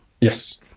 Yes